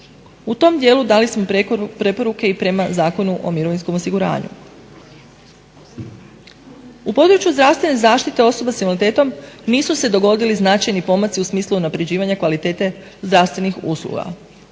U tom dijelu dali smo preporuke i prema Zakonu o mirovinskom osiguranju. U području zdravstvene zaštite osoba sa invaliditetom nisu se dogodili značajni pomaci u smislu unapređivanja kvalitete zdravstvenih usluga.